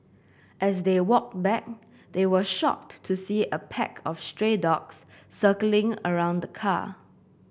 as they walked back they were shocked to see a pack of stray dogs circling around the car